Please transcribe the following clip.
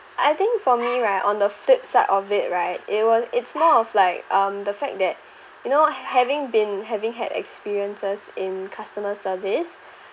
I think for me right on the flip side of it right it was it's more of like um the fact that you know having been having had experiences in customer service